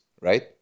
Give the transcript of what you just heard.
right